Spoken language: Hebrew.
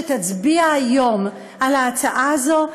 שתצביע היום על ההצעה הזאת,